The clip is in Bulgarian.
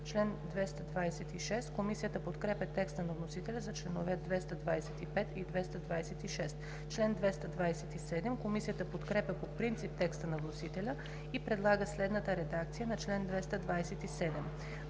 чл. 279. Комисията подкрепя текста на вносителя за членове 277, 278, 279. Комисията подкрепя по принцип текста на вносителя и предлага следната редакция на чл. 280: